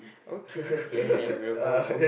okay okay then we will move over